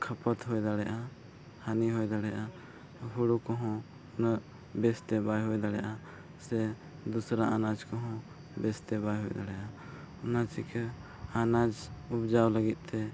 ᱠᱷᱚᱯᱚᱛ ᱦᱩᱭ ᱫᱟᱲᱮᱭᱟᱜᱼᱟ ᱦᱟᱱᱤ ᱦᱩᱭ ᱫᱟᱲᱭᱟᱜᱟ ᱦᱩᱲᱩ ᱠᱚᱦᱚᱸ ᱩᱱᱟᱹᱜ ᱵᱮᱥᱛᱮ ᱵᱟᱭ ᱦᱩᱭ ᱫᱟᱲᱮᱭᱟᱜᱼᱟ ᱥᱮ ᱫᱩᱥᱨᱟ ᱟᱱᱟᱡᱽ ᱠᱚᱦᱚᱸ ᱵᱮᱥᱛᱮ ᱵᱟᱭ ᱦᱩᱭ ᱫᱟᱲᱭᱟᱜᱼᱟ ᱚᱱᱟ ᱪᱮᱠᱟ ᱟᱱᱟᱡᱽ ᱩᱵᱽᱡᱟᱣ ᱞᱟᱹᱜᱤᱫᱛᱮ